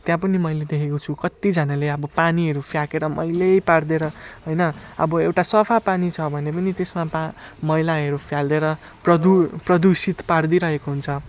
त्यहाँ पनि मैले देखेको छु कत्तिजनाले अब पानीहरू फ्याँकेर मैलै पारिदिएर होइन अब एउटा सफा पानी छ भने पनि त्यसमा पा मैलाहरू फ्यालिदिएर प्रदू प्रदूषित पारिदिई रहेको हुन्छ